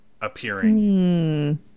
appearing